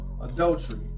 adultery